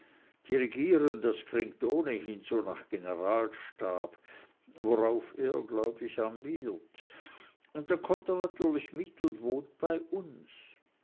dirigieren das klingt ohnehin so nach generalstab worauf er glaub ich ambiert und dann kommt er natürlich mit und wohnt bei uns